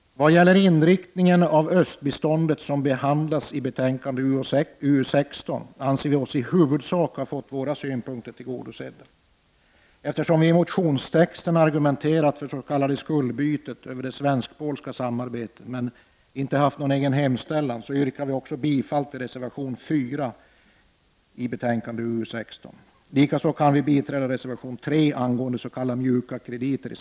Vad gäller inriktningen av östbiståndet som behandlas i betänkandet UU16 anser vi oss i huvudsak ha fått våra synpunkter tillgodosedda. Eftersom vi i motionstexten argumenterat för s.k. skuldbyten över det svenskpolska samarbetet men inte haft någon egen hemställan yrkar vi också bifall till reservation 4 i betänkande UU16. Likaså kan vi biträda reservation 3 i samma betänkande angående s.k. mjuka krediter.